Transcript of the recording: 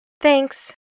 Thanks